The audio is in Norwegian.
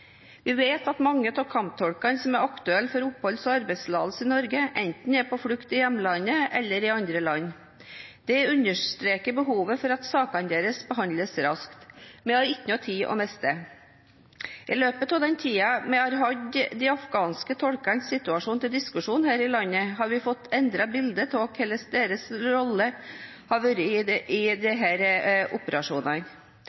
Vi vet at mange av kamptolkene som er aktuelle for oppholds- og arbeidstillatelse i Norge, enten er på flukt i hjemlandet eller i andre land. Det understreker behovet for at sakene deres behandles raskt. Vi har ingen tid å miste. I løpet av den tiden vi har hatt de afghanske tolkenes situasjon til diskusjon her i landet, har vi fått endret bildet av hvordan deres rolle har vært i